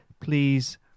Please